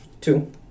Two